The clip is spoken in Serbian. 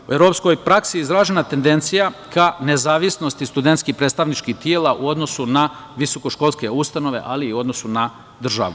U evropskoj praksi je izražena tendencija ka nezavisnosti studentskih predstavničkih tela u odnosu na visokoškolske ustanove, ali i u odnosu na državu.